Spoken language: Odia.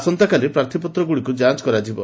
ଆସନ୍ତାକାଲି ପ୍ରାର୍ଥୀପତ୍ରଗୁଡ଼ିକୁ ଯାଞ୍ଚ୍ କରାଯିବ